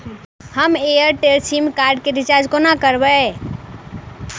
हम Airtel sim card केँ recharge कोना करबै?